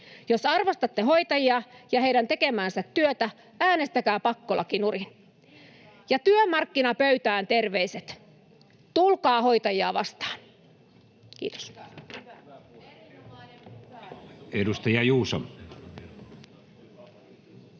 Jos arvostatte hoitajia ja heidän tekemäänsä työtä, äänestäkää pakkolaki nurin. Ja työmarkkinapöytään terveiset: tulkaa hoitajia vastaan. — Kiitos.